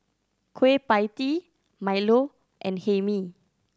Kueh Pie Tee milo and Hae Mee